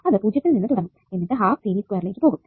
അത് പൂജ്യത്തിൽ നിന്ന് തുടങ്ങും എന്നിട്ട് ലേക്ക് പോകും